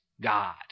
God